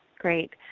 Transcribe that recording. great.